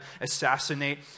assassinate